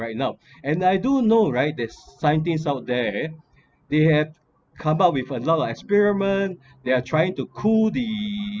right now and I do know right this scientists out there they had come up with a lot of experiment they are trying to cool the